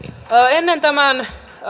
ennen tämän